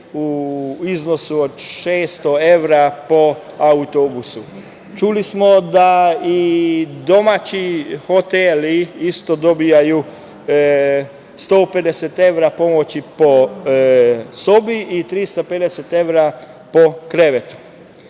u iznosu od 600 evra po autobusu. Čuli smo da i domaći hoteli isto dobijaju 150 evra pomoći po sobi i 350 evra po krevetu. Novina